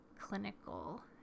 clinical